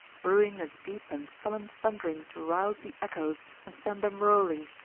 brewing a deep and sullen thundering to rouse the echoes and send them rolling,